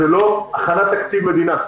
זה לא הכנת תקציב מדינה.